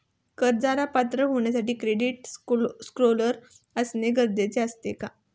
कर्जाला पात्र होण्यासाठी क्रेडिट स्कोअर असणे गरजेचे असते का?